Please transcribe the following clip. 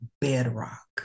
bedrock